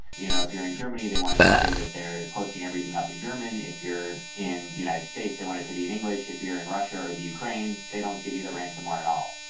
you know if you're germany, they want to make sure that they're posting everything up in german. if you're in the united states, they want it to be in english. if you're in russia or the ukraine, they don't give you the ransonware at all